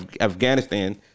Afghanistan